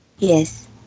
Yes